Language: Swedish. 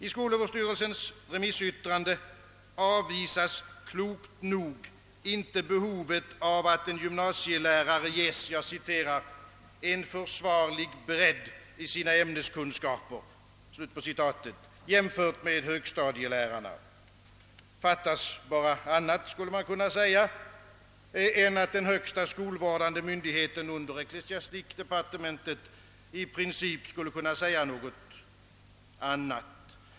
I skolöverstyrelsens remissyttrande avvisas klokt nog inte behovet av att en gymnasielärare ges »en försvarlig bredd i sina ämneskunskaper» jämfört med högstadielärarna. Fattas bara annat, skulle man kunna säga, än att den högsta skolvårdande myndigheten under ecklesiastikdepartementet i princip skulle kun na säga något annat.